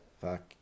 Fuck